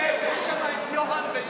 נזכיר לך ולמיקי לוי.